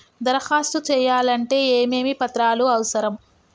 దరఖాస్తు చేయాలంటే ఏమేమి పత్రాలు అవసరం?